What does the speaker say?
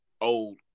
old